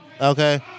Okay